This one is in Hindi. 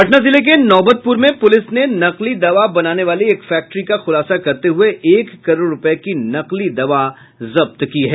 पटना जिले के नौबतपुर में पुलिस ने नकली दवा बनाने वाली एक फैक्ट्री का खुलासा करते हुए एक करोड़ रूपये की नकली दवा जब्त किया है